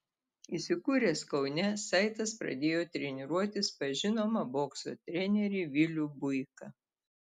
įsikūręs kaune saitas pradėjo treniruotis pas žinomą bokso trenerį vilių buiką